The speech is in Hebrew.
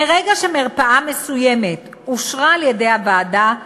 מרגע שמרפאה מסוימת אושרה על-ידי הוועדה,